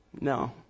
No